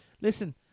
Listen